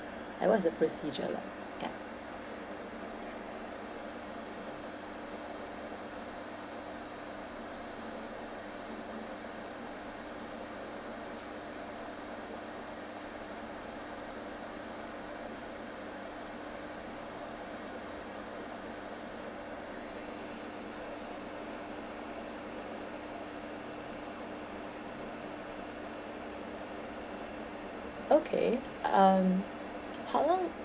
and what's the procedure like ya okay um how long